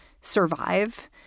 survive